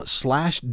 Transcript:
slash